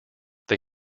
they